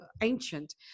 ancient